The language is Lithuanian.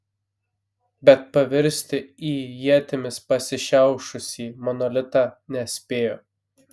bet pavirsti į ietimis pasišiaušusį monolitą nespėjo